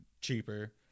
cheaper